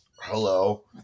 Hello